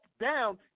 down